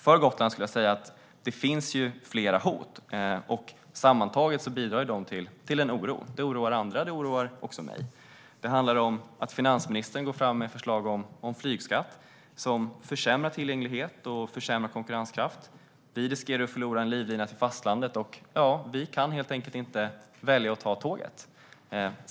För Gotland skulle jag vilja säga att det finns flera hot. Sammantaget bidrar det till en oro. Det oroar andra, och det oroar också mig. Det handlar om att finansministern går fram med ett förslag om flygskatt som försämrar tillgänglighet och konkurrenskraft. Vi riskerar att förlora en livlina till fastlandet, för vi kan helt enkelt inte välja att ta tåget.